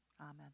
Amen